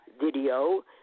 video